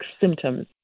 symptoms